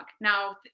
now